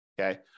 Okay